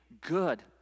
good